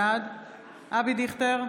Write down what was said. בעד אבי דיכטר,